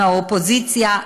מהאופוזיציה,